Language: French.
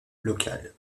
local